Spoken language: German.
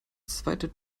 zweite